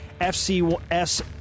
FCS